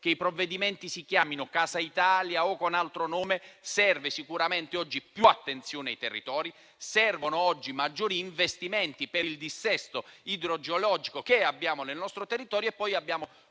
che i provvedimenti si chiamino Casa Italia o con altro nome, serve sicuramente oggi più attenzione ai territori, servono oggi maggiori investimenti per il dissesto idrogeologico che abbiamo nel nostro territorio. Abbiamo